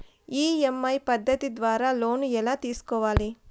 EMI పద్ధతి ద్వారా loan ఎలా తీసుకోవాలి